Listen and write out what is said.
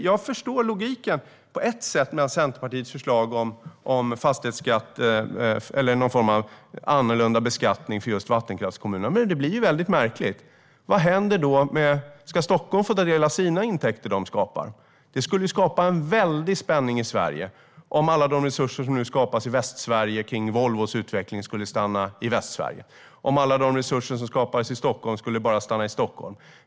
Jag förstår på ett sätt logiken i Centerpartiets förslag om fastighetsskatt eller någon form av annorlunda beskattning för just vattenkraftskommunerna. Men det blir väldigt märkligt. Vad händer då? Ska Stockholm då få ta del av sina intäkter som skapas här? Det skulle skapa en väldig spänning i Sverige om alla resurser som nu skapas i Västsverige, i och med Volvos utveckling, skulle stanna i Västsverige och om alla resurser som skapas i Stockholm skulle stanna bara i Stockholm.